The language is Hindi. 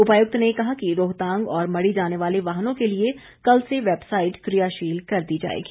उपायुक्त ने कहा कि रोहतांग और मढ़ी जाने वाले वाहनों के लिए कल से वैबसाईट कियाशील कर दी जाएगी